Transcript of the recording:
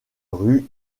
rue